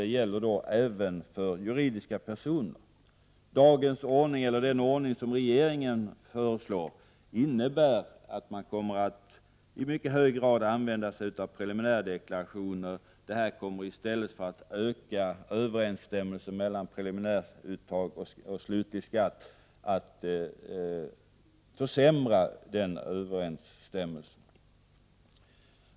Det gäller även för juridiska personer. Den ordning som regeringen föreslår innebär att preliminärdeklarationer används i mycket hög grad. Detta kommer i stället för att öka överensstämmelsen mellan preliminäruttag och slutlig skatt att försämra denna överensstämmelse.